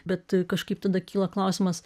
bet kažkaip tada kyla klausimas